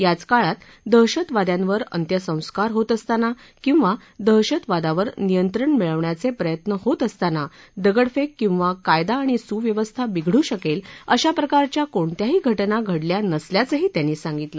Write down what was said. याच काळात दहशतवाद्यांवर अंत्यसंस्कार होत असताना किंवा दहशतवादावर नियंत्रण मिळवण्याचे प्रयत्न होत असताना दगडफेक किंवा कायदा आणि सुव्यवस्था बिघडू शकेल अशा प्रकारच्या कोणत्याही घटना घडल्या नसल्याचंही त्यांनी सांगितलं